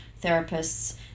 therapists